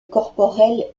corporelle